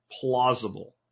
plausible